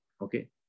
Okay